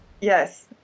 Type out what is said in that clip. Yes